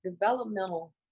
developmental